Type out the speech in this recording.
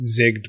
zigged